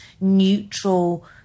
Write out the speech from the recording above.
neutral